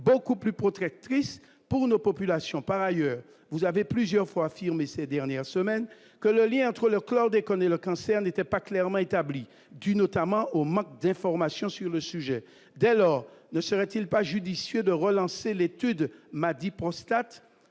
beaucoup plus protectrice pour nos populations, par ailleurs, vous avez plusieurs fois affirmé ces dernières semaines que le lien entre le chlordécone et le cancer n'étaient pas clairement établies, due notamment au manque d'information sur le sujet, dès lors, ne serait-il pas judicieux de relancer l'étude Maddie